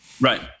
right